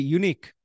unique